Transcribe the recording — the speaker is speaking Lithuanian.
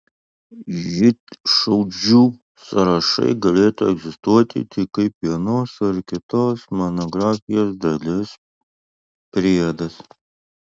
žydšaudžių sąrašai galėtų egzistuoti tik kaip vienos ar kitos monografijos dalis priedas